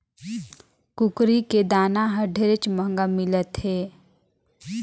कुकरी के दाना हर ढेरेच महंगा मिलत हे